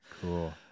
Cool